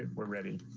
and we're ready.